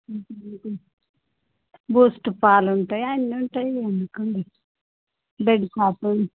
Boost పాలుంటయి అన్ని ఉంటాయి ఇగ ఎందుకుండవు బ్రెడ్ కాఫీ